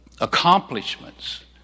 accomplishments